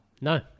No